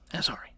sorry